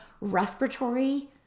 respiratory